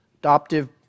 adoptive